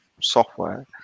software